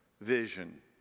vision